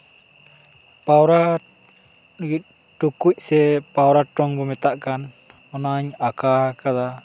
ᱯᱟᱣᱨᱟ ᱞᱟᱹᱜᱤᱫ ᱴᱩᱠᱩᱡ ᱥᱮ ᱯᱟᱣᱨᱟ ᱴᱚᱝᱠᱚ ᱢᱮᱛᱟᱜ ᱠᱟᱱ ᱚᱱᱟᱧ ᱟᱸᱠᱟᱣ ᱟᱠᱟᱫᱟ